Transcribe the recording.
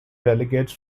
delegates